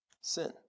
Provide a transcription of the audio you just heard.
sin